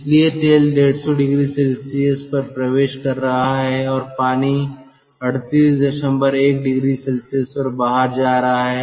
इसलिए तेल 150 oC पर प्रवेश कर रहा है और पानी 381 oC पर बाहर जा रहा है